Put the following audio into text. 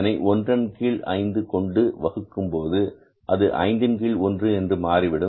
அதனை ஒன்றின் கீழ் ஐந்து கொண்டு வகுக்கும்போது அது ஐந்தின் கீழ் ஒன்று என்று மாறிவிடும்